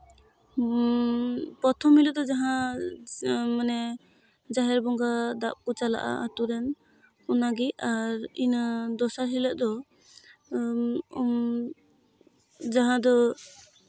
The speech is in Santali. ᱯᱨᱚᱛᱷᱚᱢ ᱦᱤᱞᱳᱜ ᱫᱚ ᱡᱟᱦᱟᱸ ᱢᱟᱱᱮ ᱡᱟᱦᱮᱨ ᱵᱚᱸᱜᱟ ᱫᱟᱵ ᱠᱚ ᱪᱟᱞᱟᱜᱼᱟ ᱟᱹᱛᱩᱨᱮᱱ ᱚᱱᱟᱜᱮ ᱟᱨ ᱤᱱᱟᱹ ᱫᱚᱥᱟᱨ ᱦᱤᱞᱳᱜ ᱫᱚ ᱡᱟᱦᱟᱸ ᱫᱚ